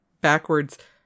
backwards